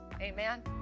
Amen